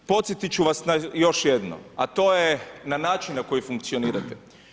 Podsjetit ću vas na još jedno a to je na način na koji funkcionirate.